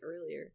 earlier